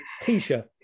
t-shirt